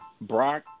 Brock